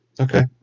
Okay